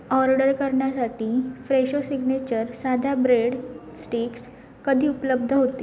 order करण्यासाठी Fresho signature साध्या bread sticks कधी उपलब्ध होते